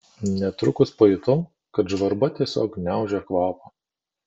netrukus pajutau kad žvarba tiesiog gniaužia kvapą